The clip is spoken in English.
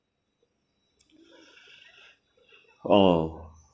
oh